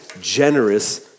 generous